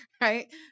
right